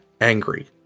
angry